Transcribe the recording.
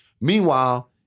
Meanwhile